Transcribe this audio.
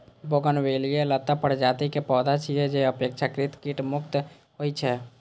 bougainvillea लता प्रजाति के पौधा छियै, जे अपेक्षाकृत कीट मुक्त होइ छै